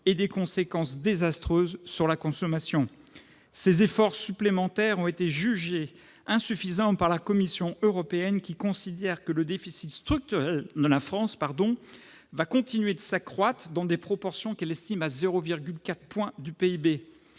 aient des conséquences désastreuses sur la consommation. Ces efforts supplémentaires ont été jugés insuffisants par la Commission européenne, qui considère que le déficit structurel de la France va continuer de s'accroître dans des proportions qu'elle estime à 0,4 point de PIB.